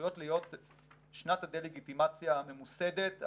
צפויות להיות שנות הדה-לגיטימציה הממוסדת,